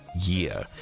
year